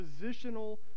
positional